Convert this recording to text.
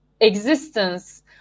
existence